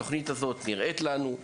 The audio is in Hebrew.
התוכנית הזאת נראית לנו,